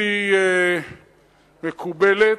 בלתי מקובלת.